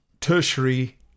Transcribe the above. tertiary